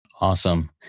Awesome